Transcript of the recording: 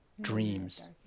dreams